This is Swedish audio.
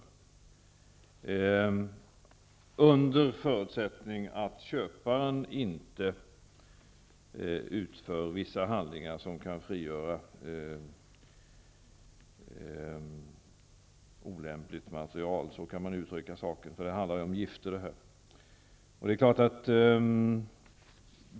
Detta gäller under förutsättning att köparen inte utför vissa handlingar, som kan frigöra olämpligt material. Så går det ju att uttrycka saken. Det är ju fråga om gifter.